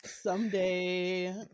Someday